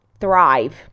thrive